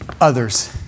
Others